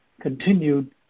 continued